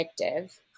addictive